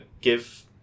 give